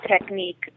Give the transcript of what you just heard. technique